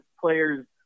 players